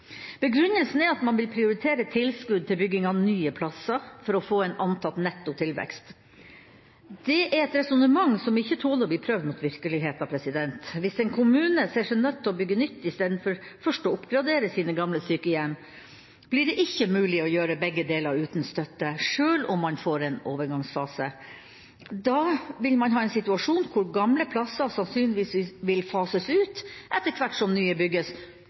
Begrunnelsen er at man vil prioritere tilskudd til bygging av nye plasser for å få en antatt netto tilvekst. Det er et resonnement som ikke tåler å bli prøvd mot virkeligheten. Hvis en kommune ser seg nødt til å bygge nytt istedenfor først å oppgradere sine gamle sykehjem, blir det ikke mulig å gjøre begge deler uten støtte – selv om man får en overgangsfase. Da vil man ha en situasjon hvor gamle plasser sannsynligvis vil fases ut etter hvert som nye bygges